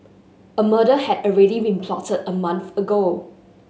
a murder had already been plotted a month ago